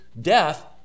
death